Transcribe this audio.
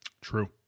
True